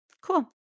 Cool